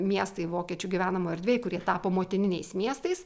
miestai vokiečių gyvenamoj erdvėj kurie tapo motininiais miestais